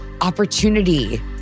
opportunity